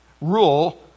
rule